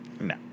No